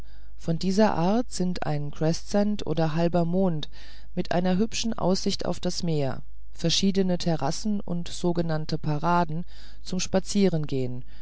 von dieser art sind ein crescent oder halber mond mit einer hübschen aussicht auf das meer verschiedene terrassen und sogenannte paraden zum spazierengehen